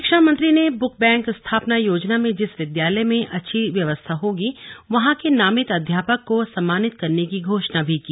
शिक्षा मंत्री ने बुक बैंक स्थापना योजना में जिस विद्यालय में अच्छी व्यवस्था होगी वहां के नामित अध्यापक को सम्मानित करने की घोषणा भी की